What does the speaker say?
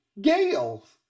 Gale's